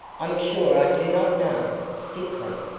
i'm sure i do not know, stiffly.